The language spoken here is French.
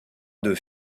deux